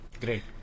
great